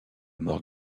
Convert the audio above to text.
mort